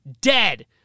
dead